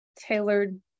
tailored